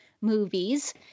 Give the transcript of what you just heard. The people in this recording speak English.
movies